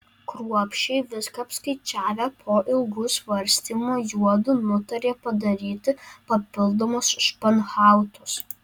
kruopščiai viską apskaičiavę po ilgų svarstymų juodu nutarė padaryti papildomus španhautus